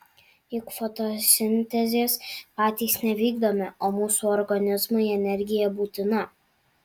juk fotosintezės patys nevykdome o mūsų organizmui energija būtina